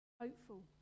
hopeful